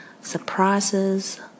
surprises